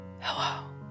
Hello